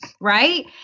right